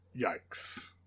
Yikes